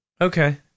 Okay